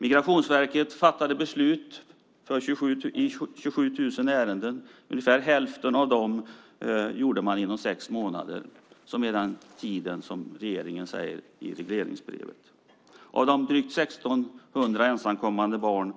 Migrationsverket fattade beslut i 27 000 ärenden - ungefär hälften inom loppet av sex månader, den tid som regeringen anger i regleringsbrevet. 34 procent av drygt 1 600 ensamkommande barn